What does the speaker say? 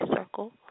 circle